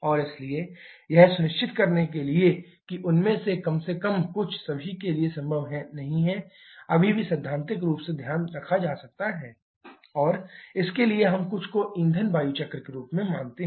और इसलिए यह सुनिश्चित करने के लिए कि उनमें से कम से कम कुछ सभी के लिए संभव नहीं है अभी भी सैद्धांतिक रूप से ध्यान रखा जा सकता है और इसके लिए हम कुछ को ईंधन वायु चक्र के रूप में मानते हैं